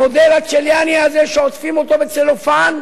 המודל הצ'יליאני הזה, שעוטפים אותו בצלופן,